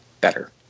better